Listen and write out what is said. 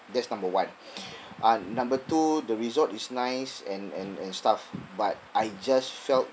that's number one uh number two the resort is nice and and and stuff but I just felt